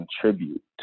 contribute